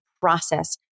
process